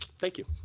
thank you.